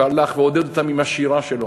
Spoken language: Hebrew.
והלך ועודד אותם עם השירה שלו,